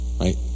right